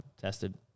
tested